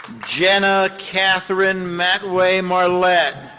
jenna catherine matway marlett.